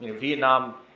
vietnam